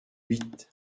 huit